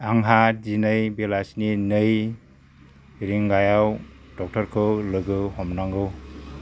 आंहा दिनै बेलासिनि नै रिंगायाव डक्टरखौ लोगो हमनांगौ